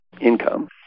income